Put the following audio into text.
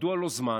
מדוע לא זמן?